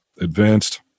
advanced